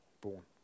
born